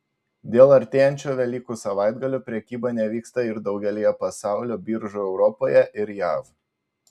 dėl artėjančio velykų savaitgalio prekyba nevyksta ir daugelyje pasaulio biržų europoje ir jav